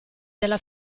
della